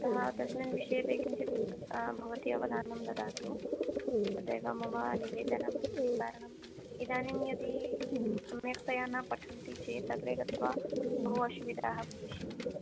अतः तस्मिन् विषयेऽपि किञ्चिद् भवती अवधानं ददातु तदेव मम निवेदनमस्ति कारणम् इदानीं यदि सम्यक्तया न पठन्ति चेत् अग्रे गत्वा बहु असुविधाः भविष्यन्ति